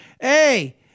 hey